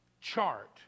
chart